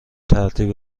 ترتیب